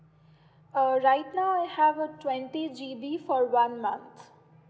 alright now I have a twenty G_B for one month